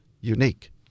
unique